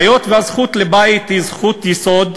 היות שהזכות לבית היא זכות יסוד,